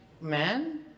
man